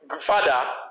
father